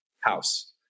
house